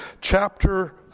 chapter